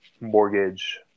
mortgage